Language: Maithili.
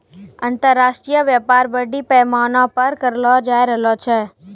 अन्तर्राष्ट्रिय व्यापार बरड़ी पैमाना पर करलो जाय रहलो छै